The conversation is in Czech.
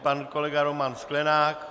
Pan kolega Roman Sklenák.